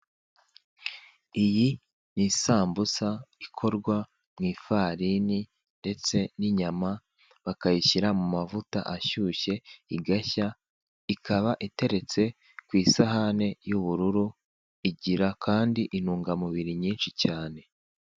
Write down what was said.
Iyi ni isambusa ikorwa mu ifarini ndetse n'inyama, bakayishyira mu mavuta ashyushye igashya, ikaba iteretse ku isahane y'ubururu; igira kandi intungamubiri nyinshi cyane.